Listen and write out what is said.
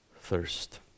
thirst